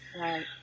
Right